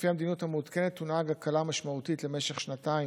לפי המדיניות המעודכנת תונהג הקלה משמעותית למשך שנתיים,